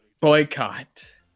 boycott